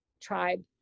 tribe